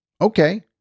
okay